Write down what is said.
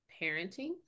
parenting